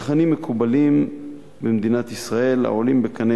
תכנים מקובלים במדינת ישראל העולים בקנה